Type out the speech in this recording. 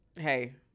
hey